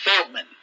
Feldman